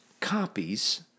copies